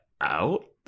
out